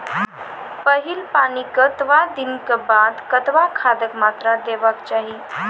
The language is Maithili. पहिल पानिक कतबा दिनऽक बाद कतबा खादक मात्रा देबाक चाही?